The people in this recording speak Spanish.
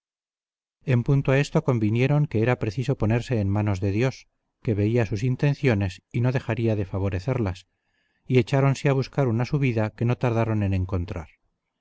en punto a esto convinieron que era preciso ponerse en manos de dios que veía sus intenciones y no dejaría de favorecerlas y echáronse a buscar una subida que no tardaron en encontrar